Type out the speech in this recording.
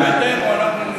וישראל ביתנו,